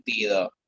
sentido